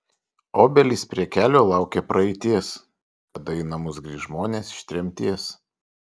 obelys prie kelio laukia praeities kada į namus grįš žmonės iš tremties